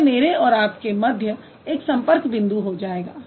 तब यह मेरे और आपके मध्य एक संपर्क बिन्दु हो जाएगा